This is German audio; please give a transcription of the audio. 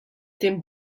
dem